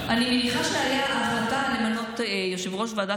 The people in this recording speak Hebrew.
אני מניחה שההחלטה למנות יושב-ראש ועדה